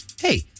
hey